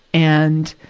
and,